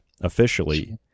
officially